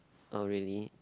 oh really